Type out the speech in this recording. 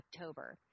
October